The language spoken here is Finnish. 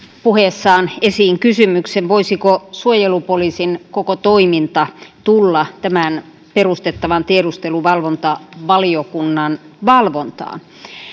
puheessaan esiin kysymyksen voisiko suojelupoliisin koko toiminta tulla tämän perustettavan tiedusteluvalvontavaliokunnan valvontaan